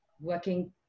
working